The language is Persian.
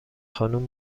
خانم